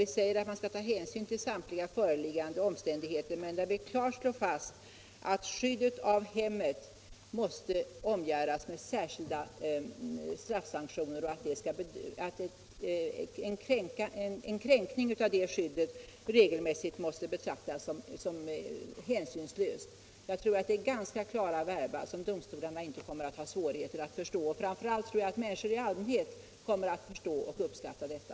Vi säger att man skall ta hänsyn till samtliga föreliggande omständigheter men slår klart fast att skyddet av hemmet måste omgärdas med särskilda straffsanktioner och att en kränkning av det skyddet regelmässigt måste betraktas som hänsynslöst. Jag tror att det är ganska klara verba, som domstolarna inte bör ha svårt att förstå. Framför allt tror jag att människor i allmänhet kommer att förstå och uppskatta detta.